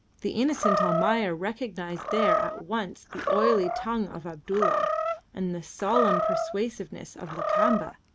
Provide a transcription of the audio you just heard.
the innocent almayer recognised there at once the oily tongue of abdulla and the solemn persuasiveness of lakamba,